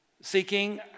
seeking